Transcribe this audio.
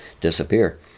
disappear